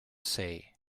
say